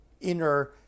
inner